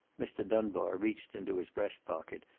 mr. dunbar reached into his breast pocket,